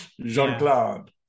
Jean-Claude